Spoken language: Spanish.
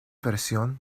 versión